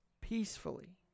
peacefully